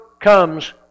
comes